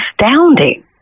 astounding